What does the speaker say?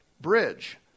bridge